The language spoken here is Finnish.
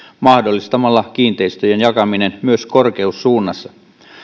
mahdollistamalla kiinteistöjen jakaminen myös korkeussuunnassa